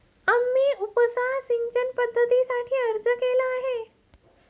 आम्ही उपसा सिंचन पद्धतीसाठी अर्ज केला आहे